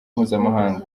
mpuzamahanga